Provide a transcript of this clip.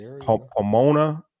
Pomona